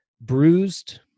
bruised